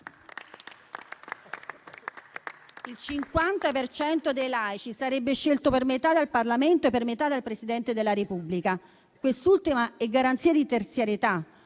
cento dei laici sarebbe scelto per metà dal Parlamento e per metà dal Presidente della Repubblica. Quest'ultimo è garanzia di terzietà: